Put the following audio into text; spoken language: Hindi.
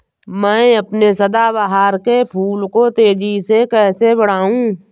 मैं अपने सदाबहार के फूल को तेजी से कैसे बढाऊं?